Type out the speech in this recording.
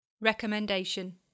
Recommendation